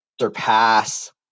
surpass